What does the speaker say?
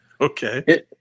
Okay